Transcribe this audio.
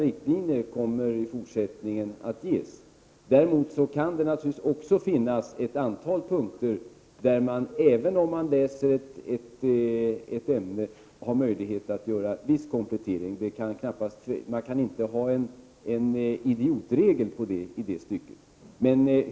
Det kommer i fortsättningen att ges sådana riktlinjer. Däremot kan man, även om man läser ett ämne, få möjlighet att göra viss komplettering på ett antal punkter. Man kan i det stycket inte ha en idiotregel.